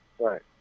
Right